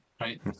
right